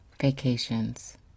vacations